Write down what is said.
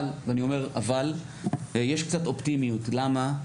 אבל, ואני אומר אבל, יש קצת אופטימיות, למה?